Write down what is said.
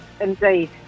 indeed